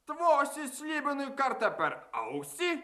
tvosi slibinui kartą per ausį